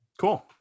Cool